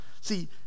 See